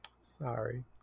Sorry